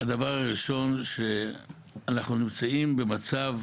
הדבר הראשון, שאנחנו נמצאים במצב